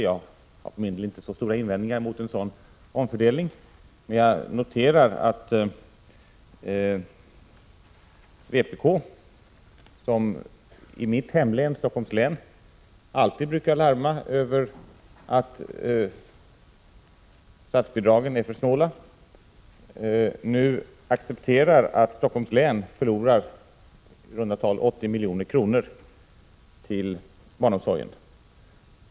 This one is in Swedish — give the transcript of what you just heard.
Jag för min del har inte så stora invändningar mot en sådan omfördelning, men jag noterar att vpk, som i mitt hemlän Stockholms län alltid brukar larma över att statsbidragen är för snåla, nu accepterar att Stockholms län förlorar i runt tal 80 milj.kr. till barnomsorgen.